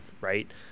right